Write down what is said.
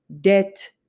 debt